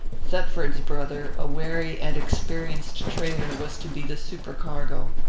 thetford's brother, a wary and experienced trader, was to be the supercargo.